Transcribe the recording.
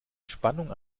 spannung